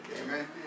Amen